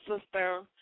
sister